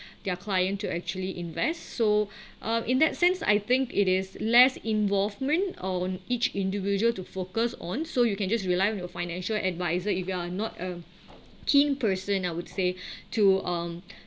their client to actually invest so in that sense I think it is less involvement on each individual to focus on so you can just rely on your financial adviser if you are not a keen person I would say to um